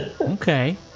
Okay